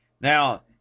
Now